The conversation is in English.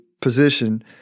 position